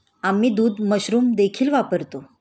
आम्ही दूध मशरूम देखील वापरतो